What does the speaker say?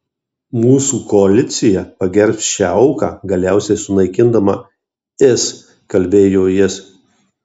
mūsų koalicija pagerbs šią auką galiausiai sunaikindama is kalbėjo jis